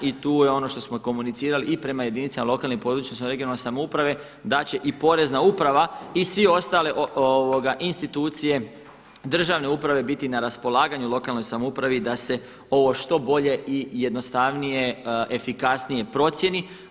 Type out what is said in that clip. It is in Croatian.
I tu je ono što smo komunicirali i prema jedinicama lokalne i područne odnosno regionalne samouprave da će i Porezna uprava i svi ostale institucije državne uprave biti na raspolaganju lokalnoj samoupravi da se ovo što bolje i jednostavnije, efikasnije procijeni.